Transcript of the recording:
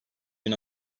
bin